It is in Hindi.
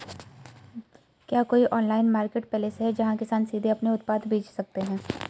क्या कोई ऑनलाइन मार्केटप्लेस है, जहां किसान सीधे अपने उत्पाद बेच सकते हैं?